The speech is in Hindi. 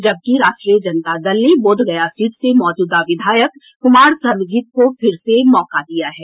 जबकि राष्ट्रीय जनता दल ने बोधगया सीट से मौजूदा विधायक कुमार सर्वजीत को फिर से मौका दिया है